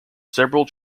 several